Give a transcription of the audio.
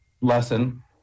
lesson